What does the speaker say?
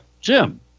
jim